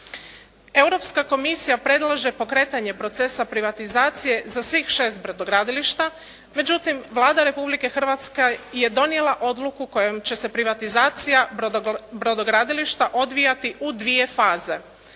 Europska komisija predlaže pokretanje procesa privatizacije za svih šest brodogradilišta, međutim Vlada Republike Hrvatske je donijela odluku kojom će se privatizacija brodogradilišta odvijati u dvije faze.